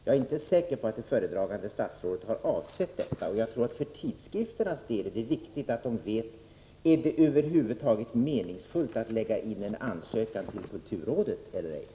Jag är dock inte säker på att föredragande statsrådet har avsett detta, och för tidskrifternas del är det viktigt att de vet om det över huvud taget är meningsfullt att lämna in en ansökan till kulturrådet eller ej.